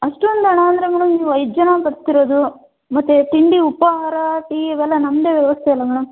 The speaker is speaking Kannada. ಅಷ್ಟೊಂದು ಹಣ ಅಂದರೆ ಮೇಡಮ್ ನೀವು ಐದು ಜನ ಬರ್ತಿರೋದು ಮತ್ತು ತಿಂಡಿ ಉಪಾಹಾರ ಟೀ ಇವೆಲ್ಲ ನಮ್ಮದೇ ವ್ಯವಸ್ಥೆ ಅಲ್ವ ಮೇಡಮ್